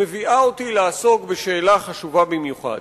מביאה אותי לעסוק בשאלה חשובה במיוחד,